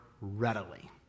readily